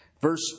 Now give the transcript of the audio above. verse